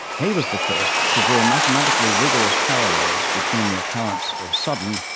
he was the first to draw mathematically rigorous parallels between the occurrence of sudden,